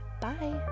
Bye